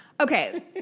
Okay